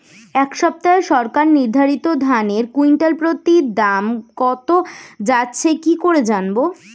এই সপ্তাহে সরকার নির্ধারিত ধানের কুইন্টাল প্রতি দাম কত যাচ্ছে কি করে জানবো?